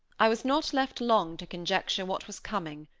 i was not left long to conjecture what was coming,